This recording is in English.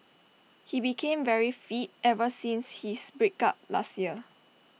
he became very fit ever since his break up last year